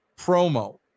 promo